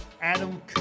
Adam